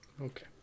Okay